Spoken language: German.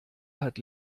hat